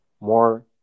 more